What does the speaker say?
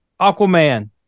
Aquaman